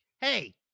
hey